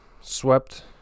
swept